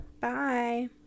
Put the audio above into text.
Bye